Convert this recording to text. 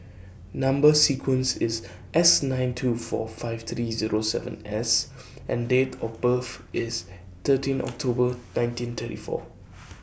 Number sequence IS S nine two four five three Zero seven S and Date of birth IS thirteen October nineteen thirty four